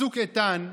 צוק איתן,